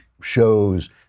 shows